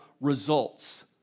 results